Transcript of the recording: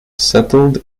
settled